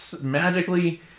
magically